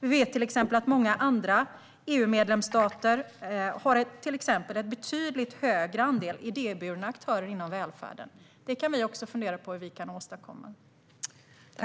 Vi vet till exempel att många andra EU-medlemsstater har en betydligt större andel idéburna aktörer inom välfärden. Det kan vi också fundera på hur vi kan åstadkomma.